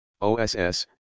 OSS